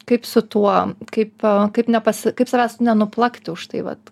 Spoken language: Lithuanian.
kaip su tuo kaip kaip nepasi kaip savęs nesuplakti už tai vat